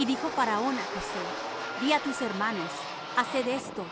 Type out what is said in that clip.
y dijo faraón á josé di á tus hermanos haced esto